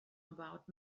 about